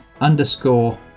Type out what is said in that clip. underscore